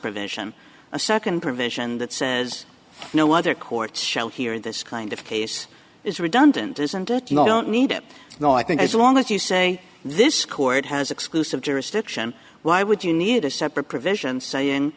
provision a second provision that says no other court shall hear in this kind of case is redundant isn't it you know i don't need it now i think as long as you say this court has exclusive jurisdiction why would you need a separate provision saying